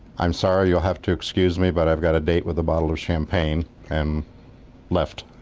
i'm sorry, you'll have to excuse me but i've got a date with a bottle of champagne and left.